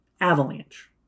avalanche